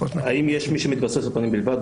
האם יש מי שמתבסס על פנים בלבד?